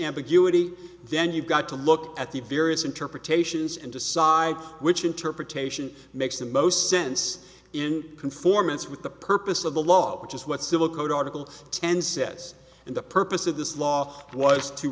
ambiguity then you've got to look at the various interpretations and decide which interpretation makes the most sense in conformance with the purpose of the law which is what civil code article ten says and the purpose of this law was to